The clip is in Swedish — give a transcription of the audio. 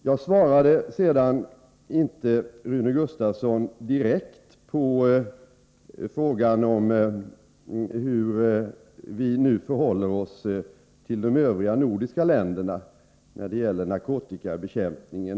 Jag svarade inte Rune Gustavsson direkt på frågan om hur vi nu förhåller oss till de övriga nordiska länderna när det gäller narkotikabekämpning.